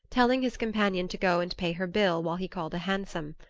telling his companion to go and pay her bill while he called a hansom.